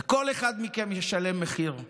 וכל אחד מכם ישלם מחיר,